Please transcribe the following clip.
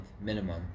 minimum